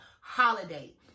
Holiday